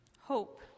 hope